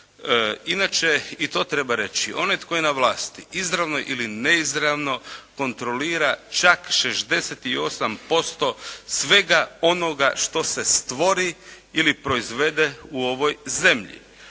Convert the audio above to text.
Inače i to treba reći. Onaj tko je na vlasti izravno ili neizravno kontrolira čak 68% svega onoga što se stvori ili proizvede u ovoj zemlji.